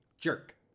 jerk